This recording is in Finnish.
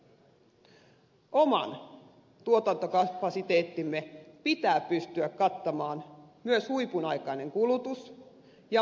oman tuotantokapasiteettimme pitää pystyä kattamaan myös huipun aikainen kulutus ja mahdolliset tuontihäiriöt